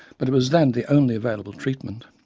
but it was then the only available treatment.